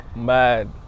Mad